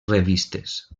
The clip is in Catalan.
revistes